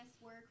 work